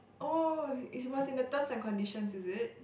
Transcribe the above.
oh it was in the terms and conditions is it